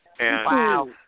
Wow